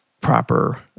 proper